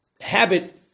habit